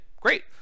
great